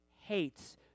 hates